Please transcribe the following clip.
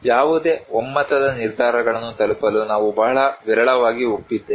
ಯಾವುದೇ ಒಮ್ಮತದ ನಿರ್ಧಾರಗಳನ್ನು ತಲುಪಲು ನಾವು ಬಹಳ ವಿರಳವಾಗಿ ಒಪ್ಪಿದ್ದೇವೆ